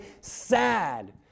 sad